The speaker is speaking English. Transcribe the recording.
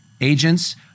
agents